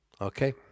Okay